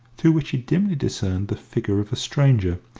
through which he dimly discerned the figure of a stranger,